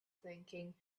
thinking